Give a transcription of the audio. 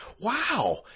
wow